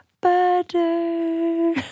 butter